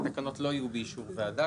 התקנות לא יהיו באישור ועדה,